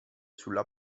sulla